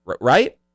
right